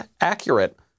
accurate